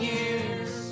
years